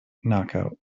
knockout